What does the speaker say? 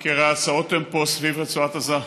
כי הרי ההצעות הן פה סביב רצועת עזה.